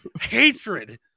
hatred